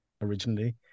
originally